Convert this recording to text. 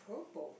purple